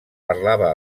parlava